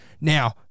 Now